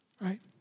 Right